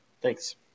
Thanks